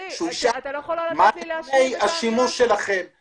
נכון שהוא ישאל מה נתוני השימוש שלכם -- אבל רגע,